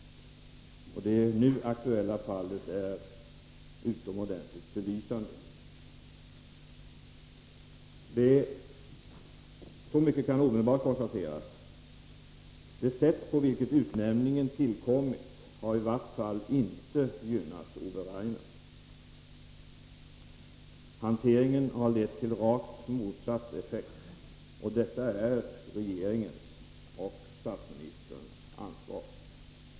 Det nu aktuella fallet är utomordentligt belysande. Så mycket kan omedelbart konstateras, att det sätt på vilket utnämningen tillkom i varje fall inte gynnat Ove Rainer. Hanteringen har fått rakt motsatt effekt. Detta är regeringens och statsminis Nr 44 terns ansvar.